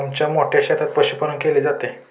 आमच्या मोठ्या शेतात पशुपालन केले जाते